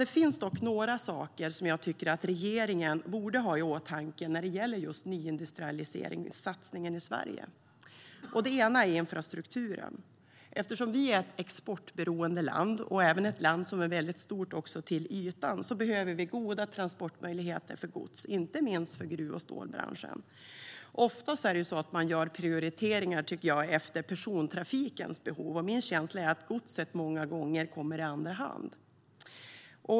Det finns dock några saker som jag tycker att regeringen borde ha i åtanke när det gäller just nyindustrialiseringssatsningen i Sverige. Det ena är infrastrukturen. Eftersom vi är ett exportberoende land och även ett land som är väldigt stort också till ytan behöver vi goda transportmöjligheter för gods, inte minst för gruv och stålbranschen. Ofta tycker jag att man gör prioriteringar efter persontrafikens behov, och min känsla är att godset många gånger kommer i andra hand.